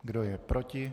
Kdo je proti?